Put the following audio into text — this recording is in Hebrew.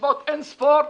בישיבות אין-ספור,